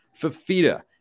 Fafita